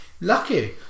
lucky